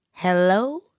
Hello